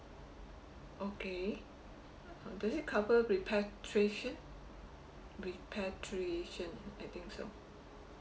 okay uh does it cover perpetration perpetration I think so